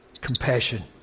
compassion